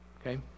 okay